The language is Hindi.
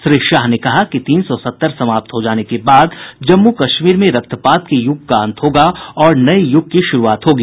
श्री शाह ने कहा कि तीन सौ सत्तर समाप्त हो जाने के बाद जम्मू कश्मीर में रक्तपात के युग का अंत होगा और नये युग की शुरूआत होगी